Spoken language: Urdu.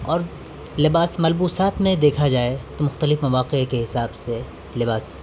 اور لباس ملبوسات میں دیکھا جائے تو مختلف مواقع کے حساب سے لباس